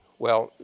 well,